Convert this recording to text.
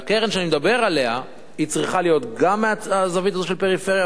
והקרן שאני מדבר עליה צריכה להיות גם מהזווית הזאת של פריפריה